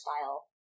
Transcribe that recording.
style